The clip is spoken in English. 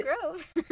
Grove